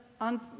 on